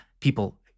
People